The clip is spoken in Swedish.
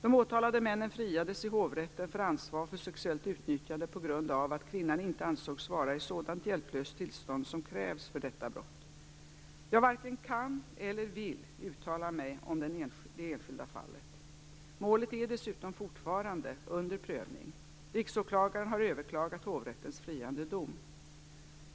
De åtalade männen friades i hovrätten för ansvar för sexuellt utnyttjande på grund av att kvinnan inte ansågs vara i sådant hjälplöst tillstånd som krävs för detta brott. Jag varken kan eller vill uttala mig om det enskilda fallet. Målet är dessutom fortfarande under prövning. Riksåklagaren har överklagat hovrättens friande dom.